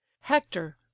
Hector